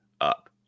up